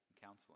counseling